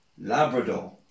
Labrador